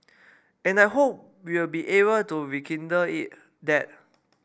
and I hope we'll be able to rekindle it that